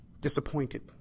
disappointed